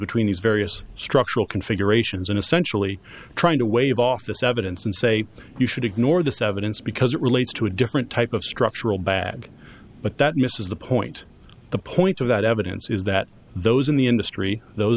between these various structural configurations and essentially trying to wave off this evidence and say you should ignore this evidence because it relates to a different type of structural bag but that misses the point the point of that evidence is that those in the industry those